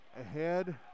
ahead